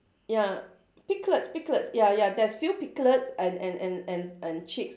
ya piglets piglets ya ya there's few piglets and and and and and chicks